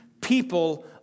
people